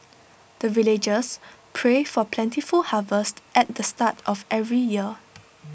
the villagers pray for plentiful harvest at the start of every year